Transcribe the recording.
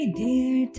dear